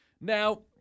Now